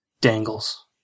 Dangles